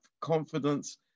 confidence